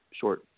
short